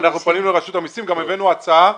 אנחנו פנינו לרשות המיסים וגם הבאנו הצעה.